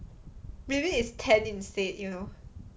maybe it's ten instead you know